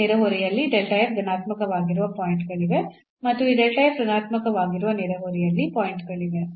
ನೆರೆಹೊರೆಯಲ್ಲಿ ಧನಾತ್ಮಕವಾಗಿರುವ ಪಾಯಿಂಟ್ ಗಳಿವೆ ಮತ್ತು ಈ ಋಣಾತ್ಮಕವಾಗಿರುವ ನೆರೆಹೊರೆಯಲ್ಲಿ ಪಾಯಿಂಟ್ ಗಳಿವೆ